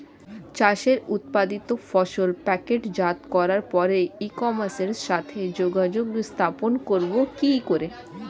চাষের উৎপাদিত ফসল প্যাকেটজাত করার পরে ই কমার্সের সাথে যোগাযোগ স্থাপন করব কি করে?